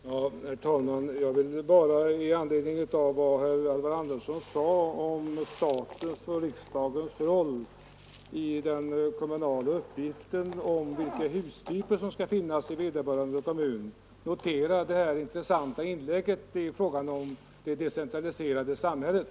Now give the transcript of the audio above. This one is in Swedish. Herr talman! Jag vill bara i anledning av vad herr Alvar Andersson sade om statens och riksdagens roll i den kommunala uppgiften om att bestämma vilka hustyper som skall finnas i vederbörande kommun notera, att det var ett mycket intressant inlägg i fråga om det decentraliserade samhället.